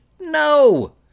No